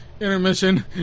Intermission